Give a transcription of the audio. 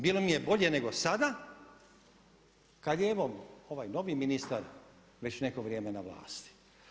Bilo im je bolje nego sada kada je evo ovaj novi ministar već neko vrijeme na vlasti.